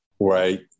right